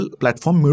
platform